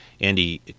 Andy